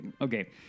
okay